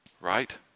right